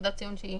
התפיסה היא שיהיה